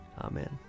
Amen